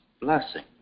blessing